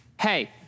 Hey